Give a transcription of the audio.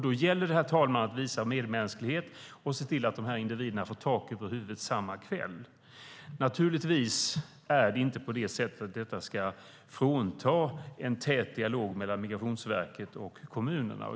Då gäller det att visa medmänsklighet och se till att dessa individer får tak över huvudet samma kväll. Detta ska naturligtvis inte hindra en tät dialog mellan Migrationsverket och kommunerna.